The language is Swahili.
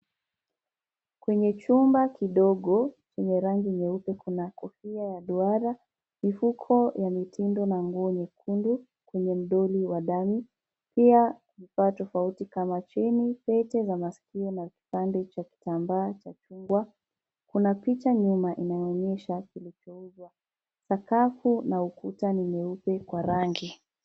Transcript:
Kwenye chumba kidogo chenye rangi nyeupe kuna kofia ya duara, mifuko ya mitindo na nguo nyekundu kwenye mdoli wa dummy . Pia vifaa tofauti kama cheni, pete za masikio na kipande cha kitambaa cha chungwa. Kuna picha nyuma inayoonyesha kilichouzwa. Sakafu na ukuta ni nyeupe kwa rangi.